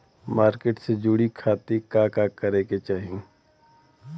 Market से जुड़े खाती का करे के चाही?